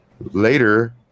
Later